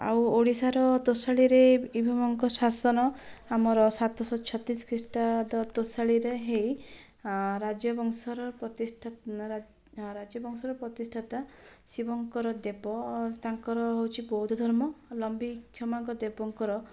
ଆଉ ଓଡ଼ିଶାର ତୋଷାଳୀରେ ଏଇ ଭୌମଙ୍କ ଶାସନ ଆମର ସାତଶହ ଛତିଶ ଖ୍ରୀଷ୍ଟାବ୍ଦ ତୋଷାଳୀରେ ହେଇ ରାଜବଂଶର ପ୍ରତିଷ୍ଠା ରାଜବଂଶର ପ୍ରତିଷ୍ଠାତା ଶିବଙ୍କର ଦେବ ତାଙ୍କର ହେଉଛି ବୌଦ୍ଧଧର୍ମାବଲମ୍ବି କ୍ଷମାଙ୍କ ଦେବଙ୍କର